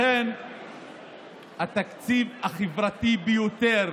לכן התקציב החברתי ביותר